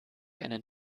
einen